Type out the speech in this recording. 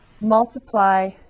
multiply